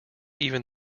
even